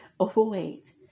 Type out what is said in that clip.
overweight